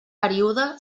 període